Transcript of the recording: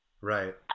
Right